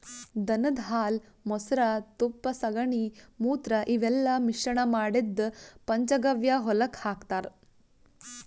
ದನದ್ ಹಾಲ್ ಮೊಸ್ರಾ ತುಪ್ಪ ಸಗಣಿ ಮೂತ್ರ ಇವೆಲ್ಲಾ ಮಿಶ್ರಣ್ ಮಾಡಿದ್ದ್ ಪಂಚಗವ್ಯ ಹೊಲಕ್ಕ್ ಹಾಕ್ತಾರ್